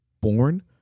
born